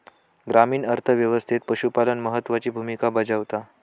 ग्रामीण अर्थ व्यवस्थेत पशुपालन महत्त्वाची भूमिका बजावता